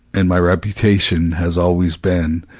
and my reputation has always been,